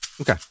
okay